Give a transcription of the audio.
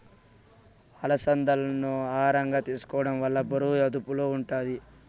అలసందాలను ఆహారంగా తీసుకోవడం వల్ల బరువు అదుపులో ఉంటాది